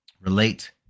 relate